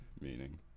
meaning